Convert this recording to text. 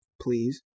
please